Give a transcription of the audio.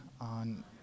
on